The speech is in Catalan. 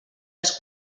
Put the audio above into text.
als